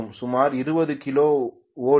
சுமார் 20 kilo volt